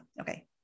Okay